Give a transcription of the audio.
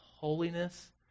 holiness